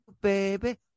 baby